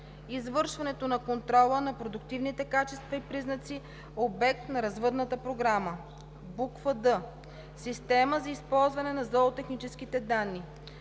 извършването на контрола на продуктивните качества и признаци – обект на развъдната програма; д) система за използване на зоотехническите данни;